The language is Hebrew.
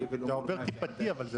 אנחנו בתקופה שמדינת ישראל צריכה אחדות